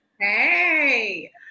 Hey